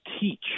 teach